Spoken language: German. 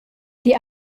die